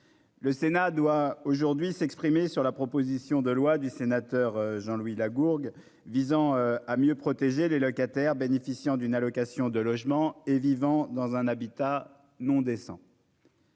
le Sénat doit aujourd'hui s'exprimer sur la proposition de loi du sénateur Jean-Louis Lagourgue visant à mieux protéger les locataires bénéficiant d'une allocation de logement et vivant dans un habitat non décent.